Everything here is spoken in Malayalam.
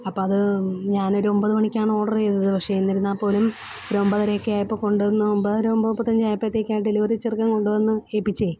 അപ്പം അത് ഞാനൊരു ഒമ്പതു മണിക്കാണ് ഓർഡർ ചെയ്തത് പക്ഷേ എന്നിരുന്നാൽപ്പോലും ഒരു ഒമ്പതരയൊക്കെ ആയപ്പോൾ കൊണ്ടുവന്നു ഒമ്പതര ഒമ്പത് മുപ്പത്തഞ്ചായപ്പോഴത്തേക്കും ആ ഡെലിവറി ചെറുക്കൻ കൊണ്ടുവന്നു ഏൽപ്പിച്ചേ